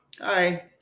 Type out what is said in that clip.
hi